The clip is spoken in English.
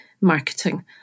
marketing